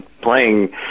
playing